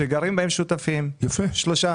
שגרים בהן שותפים; שלושה,